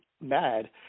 mad